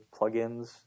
plugins